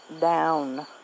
down